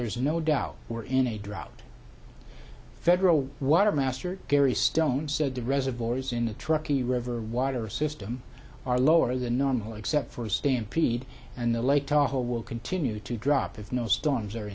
there's no doubt we're in a drought federal water master gary stone said the reservoirs in the truckee river water system are lower than normal except for stampede and the lake tahoe will continue to drop of no storms